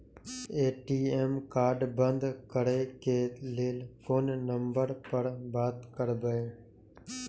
ATM card बंद करे के लेल कोन नंबर पर बात करबे?